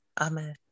Amen